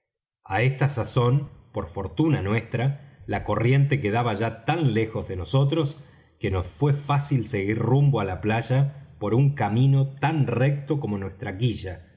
á esta sazón por fortuna nuestra la corriente quedaba ya tan lejos de nosotros que nos fué fácil seguir rumbo á la playa por un camino tan recto como nuestra quilla